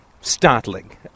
startling